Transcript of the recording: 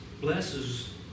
blesses